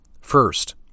First